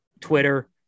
Twitter